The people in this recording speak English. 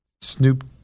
Snoop